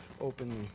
openly